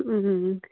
ꯎꯝ ꯎꯝ ꯎꯝ